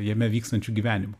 jame vykstančiu gyvenimu